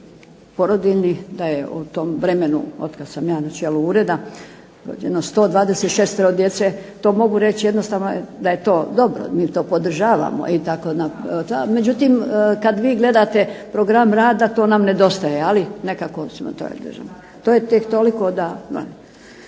Da je u tom vremenu od kad sam ja na čelu ureda rođeno 126 djece. To mogu reći jednostavno da je to dobro. Mi to podržavamo, međutim kad vi gledate program rada to nam nedostaje. Ali nekako smo, to je tek toliko da